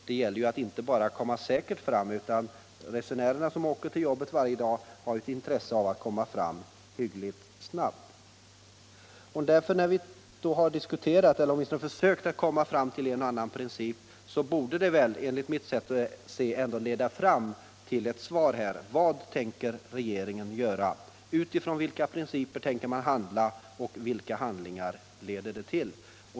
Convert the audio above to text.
Det gäller ju inte bara att komma säkert fram, utan resenärerna som åker till jobbet varje dag har också intresse av att komma fram någorlunda snabbt. Vi har ju ändå sökt nå fram till en och annan princip och det borde enligt mitt sätt att se kunna möjliggöra ett svar här på frågorna: Vad tänker regeringen göra? Utifrån vilka principer tänker man handla och vilka åtgärder leder det till?